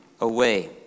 away